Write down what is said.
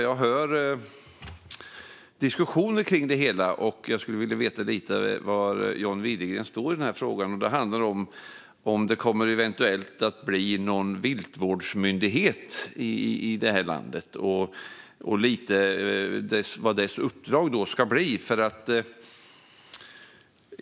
Jag hör nämligen diskussioner om det och vill veta lite var John Widegren står i frågan. Kommer det eventuellt att bli någon viltvårdsmyndighet i landet? Vad ska dess uppdrag i så fall bli?